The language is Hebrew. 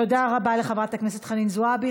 תודה רבה לחברת הכנסת חנין זועבי.